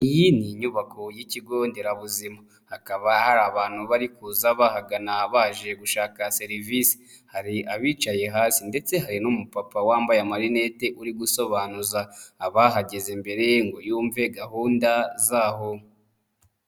Iyi ni inyubako y'ikigo nderabuzima, hakaba hari abantu bari kuza bahagana baje gushaka serivisi, hari abicaye hasi ndetse hari n'umupapa wambaye amarinete uri gusobanuza abahageze imbere ngo yumve gahunda zaho.